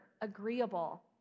agreeable